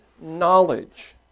knowledge